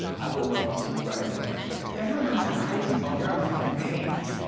i would love to see you write a yelp review. everyone thinks i'm crazy. oh, you're a fucking maniac.